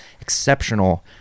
exceptional